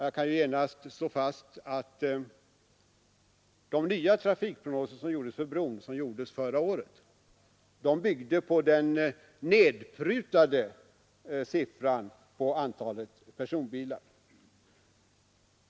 Jag kan genast slå fast att de nya trafikprognoser för bron som gjordes förra året byggde på den nedprutade siffran på antalet personbilar.